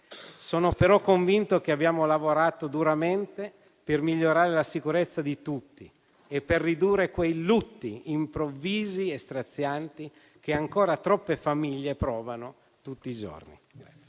Sono però convinto che abbiamo lavorato duramente per migliorare la sicurezza di tutti e per ridurre quei lutti improvvisi e strazianti che ancora troppe famiglie provano tutti i giorni.